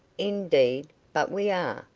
indeed, but we are,